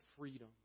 Freedom